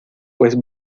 pues